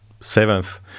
seventh